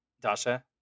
dasha